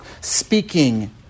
speaking